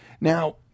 Now